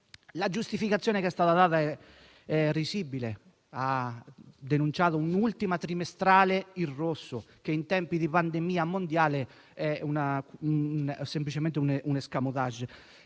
La giustificazione che è stata data è risibile: la denuncia dell'ultima trimestrale in rosso, in tempi di pandemia mondiale, è semplicemente un *escamotage.*